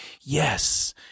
yes